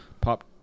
pop